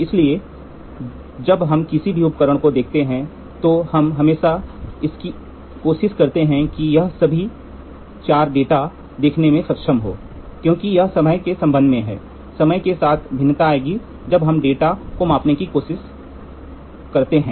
इसलिए अब जब हम किसी भी उपकरण को देखते हैं तो हम हमेशा इसकी कोशिश करते हैं यह सभी 4 डेटा देखने में सक्षम हो क्योंकि यह समय के संबंध में है समय के साथ भिन्नता आएगी जब हम डेटा data को मापने की कोशिश करते हैं